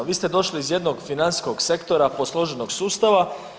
Vi ste došli iz jednog financijskog sektora, posloženog sustava.